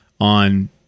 on